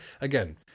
again